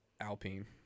Alpine